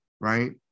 right